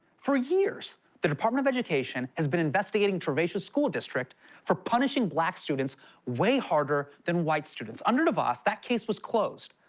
for years, the department of education has been investigating trah'vaeziah's school district for punishing black students way harder than white students. under devos, that case was closed,